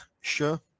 sure